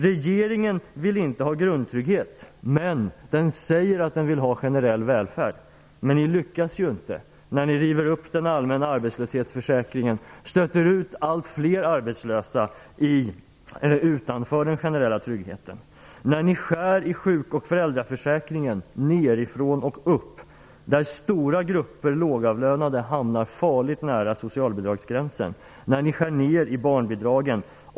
Regeringen vill inte ha grundtrygghet, men den säger att den vill ha generell välfärd. Men ni lyckas ju inte, eftersom ni river upp den allmänna arbetslöshetsförsäkringen och stöter ut allt fler arbetslösa utanför den generella tryggheten. Ni skär i sjuk och föräldraförsäkringen nerifrån och upp. Stora grupper lågavlönade hamnar farligt nära socialbidragsgränsen. Ni skär ner på barnbidragen.